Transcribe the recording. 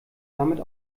damit